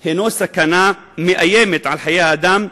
הוא סכנה מאיימת על חיי האדם,